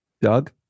doug